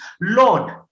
Lord